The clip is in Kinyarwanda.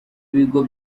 bigo